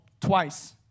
twice